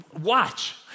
Watch